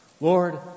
Lord